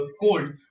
cold